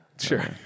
Sure